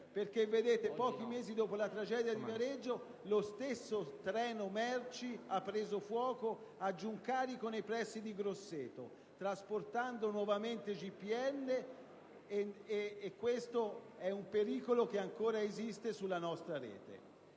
pochi mesi dopo la tragedia di Viareggio lo stesso treno merci ha preso fuoco a Giuncarico, nei pressi di Grosseto, trasportando nuovamente GPL, e questo è un pericolo che ancora esiste sulla nostra rete.